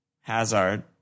Hazard